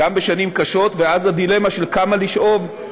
בשנים הקשות, ואז הדילמה של כמה לשאוב, או